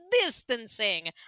distancing